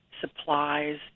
supplies